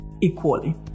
equally